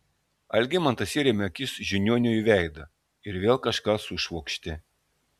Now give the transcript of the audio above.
algimantas įrėmė akis žiniuoniui į veidą ir vėl kažką sušvokštė